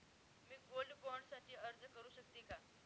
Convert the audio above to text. मी gold bond साठी अर्ज करु शकते का?